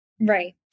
right